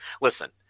listen